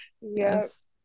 Yes